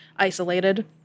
isolated